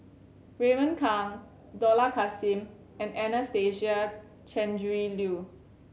Raymond Kang Dollah Kassim and Anastasia Tjendri Liew